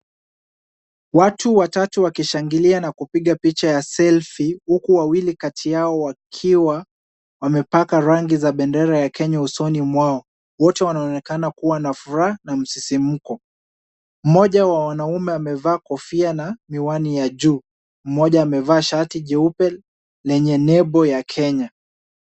Watu watatu wakishangilia na kupiga picha ya selfie , huku wawili kati yao wakiwa, wamepaka rangi za bendera ya Kenya usoni mwao, wote wanonekana kuwa na furaha na msisimuko. Mmoja wa wanaume amevaa kofia na miwani ya jua, mmoja amevaa shati jeupe lenye nembo ya Kenya.